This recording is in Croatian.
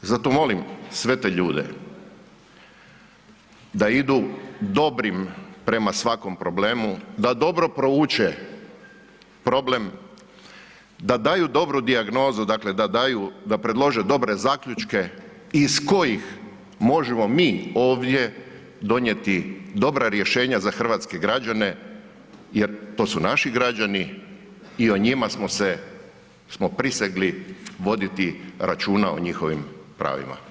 Zato molim sve te ljude da idu dobrim prema svakom problemu, da dobro prouče problem, da daju dobru dijagnozu, da daju da predlože dobre zaključke iz kojih možemo mi ovdje donijeti dobra rješenja za hrvatske građane jer to su naši građani i o njima smo se prisegli voditi računa o njihovim pravima.